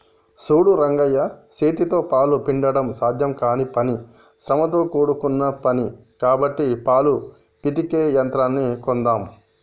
సూడు రంగయ్య సేతితో పాలు పిండడం సాధ్యం కానీ పని శ్రమతో కూడుకున్న పని కాబట్టి పాలు పితికే యంత్రాన్ని కొందామ్